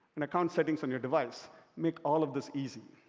and account settings on your device make all of this easy.